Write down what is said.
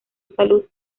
salud